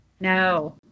No